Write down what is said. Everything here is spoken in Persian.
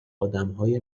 آدمهای